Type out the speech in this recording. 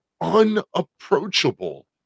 unapproachable